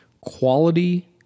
quality